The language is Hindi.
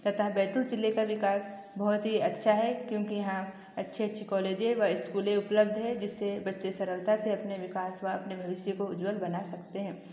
तथा बैतुल ज़िले का विकास बहुत ही अच्छा है क्योंकि यहाँ अच्छे अच्छे कालेजें व स्कूलें उपलब्ध हैं जिससे बच्चे सरलता से अपने विकास व अपने भविष्य को उज्ज्वल बना सकते हैं